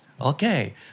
Okay